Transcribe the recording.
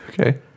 Okay